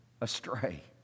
astray